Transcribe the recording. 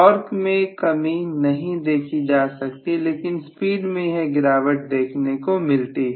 torque में कमी नहीं देखी जा सकती लेकिन स्पीड में यह गिरावट देखने को मिलती है